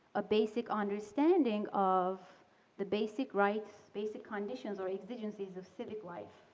a basic understanding of the basic rights, basic conditions or exigencies of civic life,